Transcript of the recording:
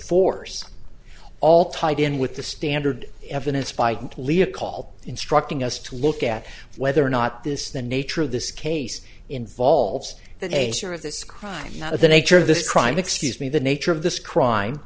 force all tied in with the standard evidence spike lee a call instructing us to look at whether or not this the nature of this case involves the nature of this crime not of the nature of the crime excuse me the nature of this crime